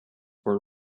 were